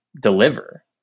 deliver